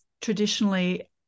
traditionally